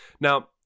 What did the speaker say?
Now